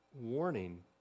warning